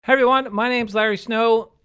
everyone. my name is larry snow.